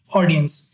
audience